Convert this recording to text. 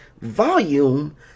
volume